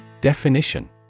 Definition